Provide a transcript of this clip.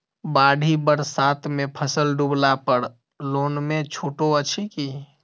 बाढ़ि बरसातमे फसल डुबला पर लोनमे छुटो अछि की